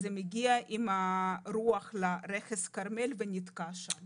זה מגיע עם הרוח לרכס הכרמל ונתקע שם.